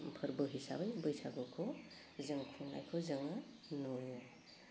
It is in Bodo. फोरबो हिसाबै बैसागुखौ जों खुंनायखौ जोङो नु